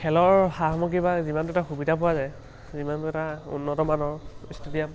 খেলৰ সা সামগ্ৰী বা যিমানটো এটা সুবিধা পোৱা যায় যিমান এটা উন্নত মানৰ ষ্টেডিয়াম